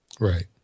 Right